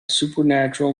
supernatural